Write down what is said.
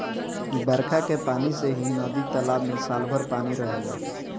बरखा के पानी से ही नदी तालाब में साल भर पानी रहेला